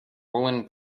woolen